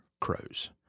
crows